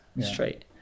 straight